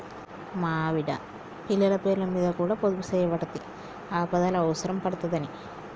మా ఆవిడ, పిల్లల పేర్లమీద కూడ పొదుపుజేయవడ్తి, ఆపదల అవుసరం పడ్తదని